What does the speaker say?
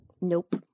Nope